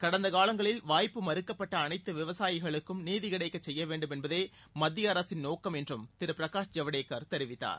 கடந்த காலங்களில் வாய்ப்பு மறுக்கப்பட்ட அனைத்து விவசாயிகளுக்கும் நீதி கிடைக்க செய்யவேண்டும் என்பதே மத்திய அரசின் நோக்கம் என்றும் திரு பிரகாஷ் ஜவடேகர் தெரிவித்தார்